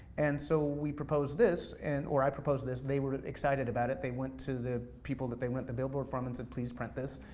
and so we proposed this, and or i proposed this, they were excited about it, they went to the people that they rent the billboard from, and said please print this.